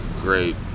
great